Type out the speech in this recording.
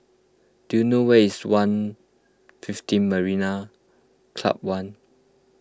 do you know where is one' fifteen Marina Club one